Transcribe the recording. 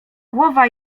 głowa